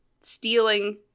stealing –